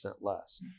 less